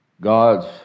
God's